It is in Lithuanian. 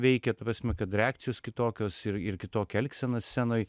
veikia ta prasme kad reakcijos kitokios ir ir kitokia elgsena scenoj